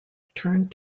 turned